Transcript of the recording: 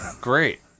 Great